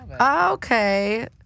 okay